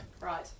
Right